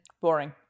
boring